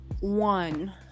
one